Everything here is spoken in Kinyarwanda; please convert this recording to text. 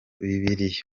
bibiriya